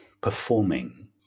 performing